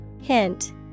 Hint